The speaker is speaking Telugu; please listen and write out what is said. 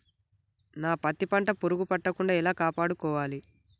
నా పత్తి పంట పురుగు పట్టకుండా ఎలా కాపాడుకోవాలి?